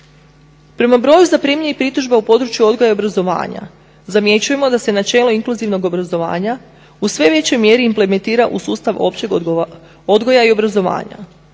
Prema broju zaprimljenih pritužba u području odgoja i obrazovanja zamjećujemo da se na čelo inkluzivnog obrazovanja u sve većoj mjeri implementira u sustav općeg odgoja i obrazovanja.